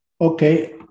Okay